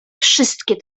wszystkie